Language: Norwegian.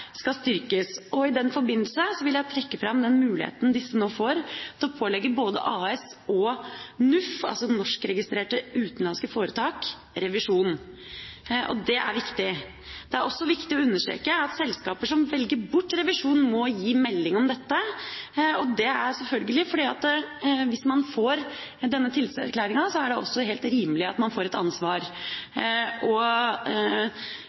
skal styrkes. I den forbindelse vil jeg trekke fram den muligheten disse nå får til å pålegge både AS og NUF, altså norskregistrerte utenlandske foretak, revisjon. Det er viktig. Det er også viktig å understreke at selskaper som velger bort revisjon, må gi melding om dette. Det er selvfølgelig fordi at hvis man får denne tillitserklæringa, er det også helt rimelig at man får et ansvar.